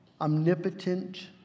omnipotent